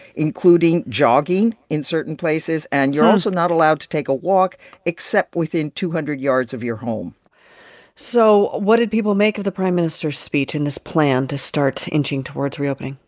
including jogging in certain places. and you're also not allowed to take a walk except within two hundred yards of your home so what did people make of the prime minister's speech and this plan to start inching towards reopening?